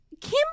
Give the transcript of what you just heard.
Kim